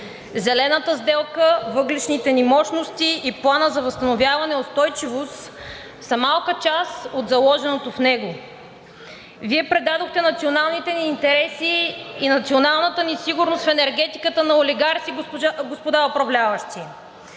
Зелената сделка, въглищните ни мощности и Планът за възстановяване и устойчивост са малка част от заложеното в него. Вие предадохте националните ни интереси и националната ни сигурност в енергетиката на олигарси, господа управляващи.